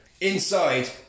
Inside